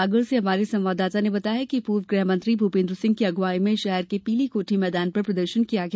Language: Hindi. सागर से हमारे संवाददाता ने बताया है कि पूर्व गृहमंत्री भूपेन्द्र सिंह की अगुवाई में शहर के पीली कोठी मैदान पर प्रदर्शन किया गया